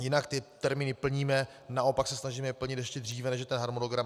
Jinak termíny plníme, naopak se snažíme je plnit ještě dříve, než je harmonogram.